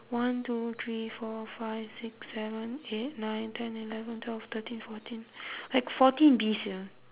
one two three four five six seven eight nine ten eleven twelve thirteen fourteen like fourteen bees here